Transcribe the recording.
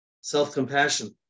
self-compassion